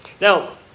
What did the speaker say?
Now